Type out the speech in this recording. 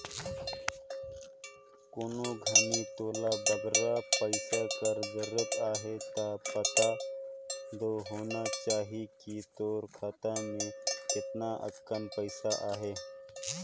कोनो घनी तोला बगरा पइसा कर जरूरत अहे ता पता दो होना चाही कि तोर खाता में केतना अकन पइसा अहे